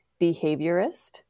behaviorist